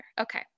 Okay